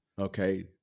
Okay